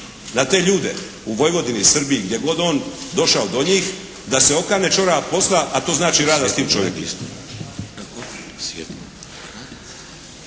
na te ljude u Vojvodini, Srbiji, gdje god on došao do njih da se okane ćorava posla, a to znači rada s tim čovjekom.